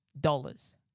Dollars